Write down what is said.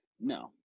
No